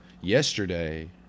yesterday